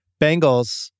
Bengals